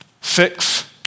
six